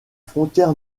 frontière